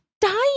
dying